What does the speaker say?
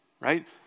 Right